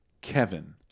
Kevin